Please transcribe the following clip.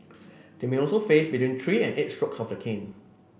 they may also face between three and eight strokes of the cane